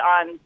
on